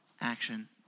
action